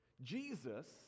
Jesus